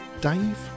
Dave